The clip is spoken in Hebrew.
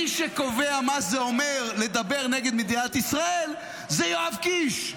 מי שקובע מה זה אומר לדבר נגד מדינת ישראל זה יואב קיש.